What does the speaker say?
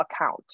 account